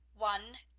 one,